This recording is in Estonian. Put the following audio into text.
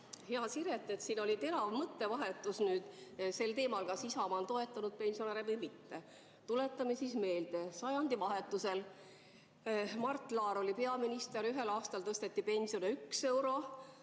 Hea Siret! Siin oli terav mõttevahetus sel teemal, kas Isamaa on toetanud pensionäre või mitte. Tuletame siis meelde. Sajandivahetusel oli Mart Laar peaminister, ühel aastal tõsteti pensione 1 euro